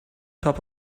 top